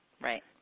Right